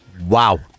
Wow